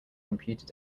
computer